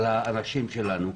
על האנשים שלנו,